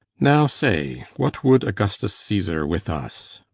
now say, what would augustus caesar with us?